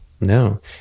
No